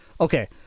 Okay